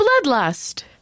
bloodlust